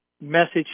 message